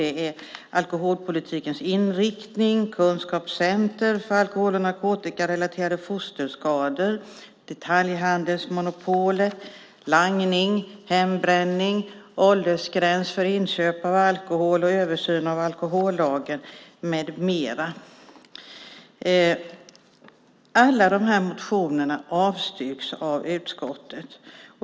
Det är alkoholpolitikens inriktning, kunskapscenter för alkohol och narkotikarelaterade fosterskador, detaljhandelsmonopolet, langning, hembränning, åldersgräns för inköp av alkohol, översyn av alkohollagen med mera. Alla dessa motioner avstyrks av utskottet.